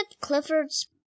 Clifford's